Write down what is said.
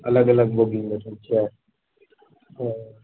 अलग अलग बोगीमऽ बसिल छियै ओ